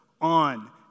on